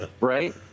right